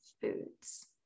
foods